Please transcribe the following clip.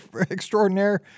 Extraordinaire